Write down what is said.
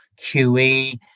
QE